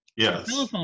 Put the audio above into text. Yes